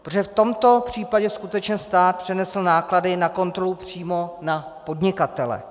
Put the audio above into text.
Protože v tomto případě skutečně stát přenesl náklady na kontrolu přímo na podnikatele.